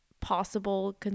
possible